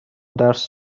درس